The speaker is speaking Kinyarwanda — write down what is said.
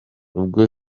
ubwo